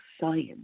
science